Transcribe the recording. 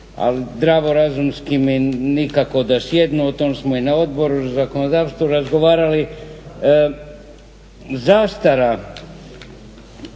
ali zdravo razumski me nikako da sjednu. O tom smo i na Odbor za zakonodavstvo razgovarali. Zastara